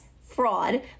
fraud